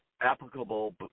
applicable